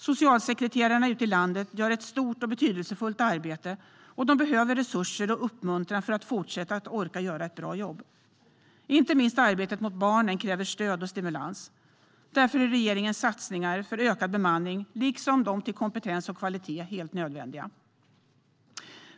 Socialsekreterarna ute i landet gör ett stort och betydelsefullt arbete, och de behöver resurser och uppmuntran för att fortsätta att orka göra ett bra jobb. Inte minst kräver arbetet för barnen stöd och stimulans. Därför är regeringens satsningar på ökad bemanning, liksom satsningarna på kompetens och kvalitet, helt nödvändiga.